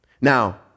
Now